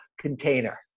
container